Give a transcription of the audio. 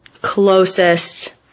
closest